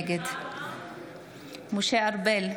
נגד משה ארבל,